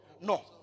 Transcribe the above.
No